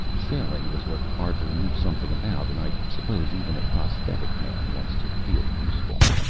sailing was what arthur knew something about and i suppose even a prosthetic man wants to feel useful.